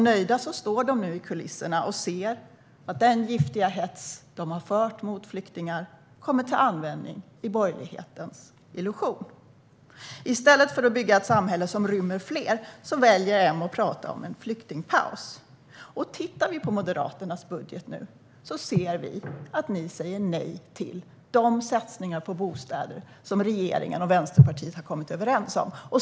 Nu står de, nöjda, i kulisserna och ser att den giftiga hets som de har fört mot flyktingar kommer till användning i borgerlighetens illusion. I stället för att bygga ett samhälle som rymmer fler väljer Moderaterna att prata om en flyktingpaus. Och om vi tittar på Moderaternas budget ser vi att de säger nej till de satsningar på bostäder som regeringen och Vänsterpartiet har kommit överens om.